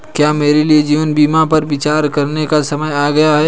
क्या मेरे लिए जीवन बीमा पर विचार करने का समय आ गया है?